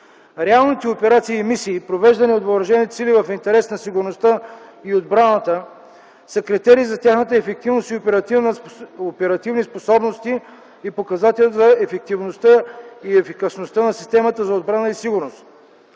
Реалните операции и мисии, провеждани от въоръжените сили в интерес на сигурността и отбраната, са критерий за тяхната ефективност и оперативни способности и показател за ефективността и ефикасността на системата за отбрана и сигурност.